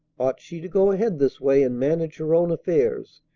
ought she to go ahead this way and manage her own affairs,